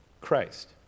Christ